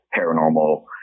paranormal